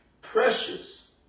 Precious